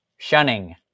Shunning